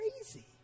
crazy